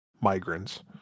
migrants